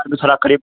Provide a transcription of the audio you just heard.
ان دوسرا کرریب